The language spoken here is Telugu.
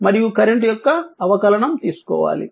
మరియు కరెంట్ యొక్క అవకలనం తీసుకోవాలి